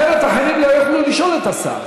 אחרת אחרים לא יוכלו לשאול את השר.